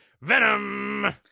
venom